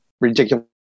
ridiculous